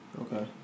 Okay